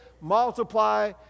multiply